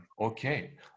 okay